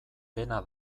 pena